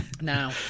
Now